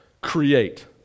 create